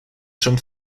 schon